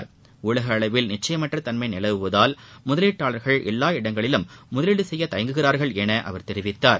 டலக அளவில் நிச்சயமற்ற தன்மை நிலவுவதால் முதலீட்டாளர்கள் எல்லா இடங்களிலும் முதலீடு செய்ய தயங்குகிறார்கள் என அவர் தெரிவித்தார்